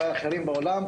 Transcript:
וזה חלק מההכשרה שלהם.